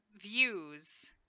views